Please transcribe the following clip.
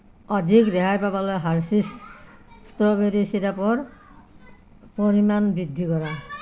অধিক ৰেহাই পাবলৈ হাৰ্সীছ ষ্ট্ৰ'বেৰী ছিৰাপৰ পৰিমাণ বৃদ্ধি কৰা